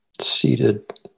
seated